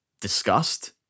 disgust